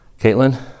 Caitlin